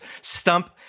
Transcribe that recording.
Stump